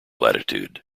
latitude